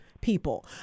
people